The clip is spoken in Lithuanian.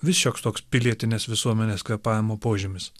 vis šioks toks pilietinės visuomenės kvėpavimo požymis